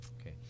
Okay